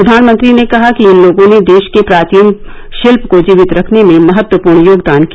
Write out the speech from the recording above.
प्रधानमंत्री ने कहा कि इन लोगों ने देश के प्राचीन शिल्प को जीवित रखने में महत्वपूर्ण योगदान किया